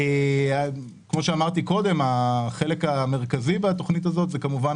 החלק המרכזי בתוכנית הזאת הוא כמובן